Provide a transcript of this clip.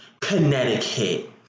connecticut